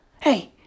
Hey